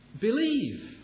believe